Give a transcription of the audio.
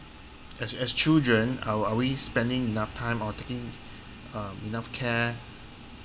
as as children are are we spending enough time or taking uh enough care